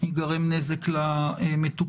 ייגרם נזק למטופל.